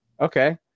Okay